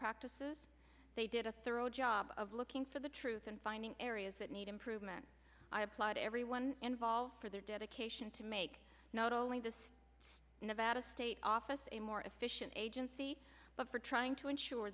practices they did a thorough job of looking for the truth and finding areas that need improvement i applaud everyone involved for their dedication to make not only the nevada state office a more efficient agency but for trying to ensure